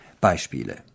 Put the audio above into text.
Beispiele